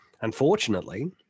unfortunately